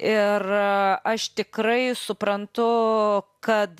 ir aš tikrai suprantu kad